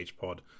pod